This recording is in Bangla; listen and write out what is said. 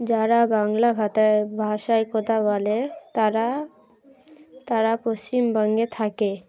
যারা বাংলা ভাতায় ভাষায় কথা বলে তারা তারা পশ্চিমবঙ্গে থাকে